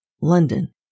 London